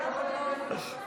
השנייה, עוד לא סופי.